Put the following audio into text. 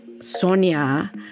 Sonia